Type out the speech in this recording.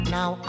Now